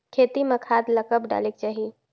खेती म खाद ला कब डालेक चाही?